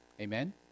Amen